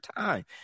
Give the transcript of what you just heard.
time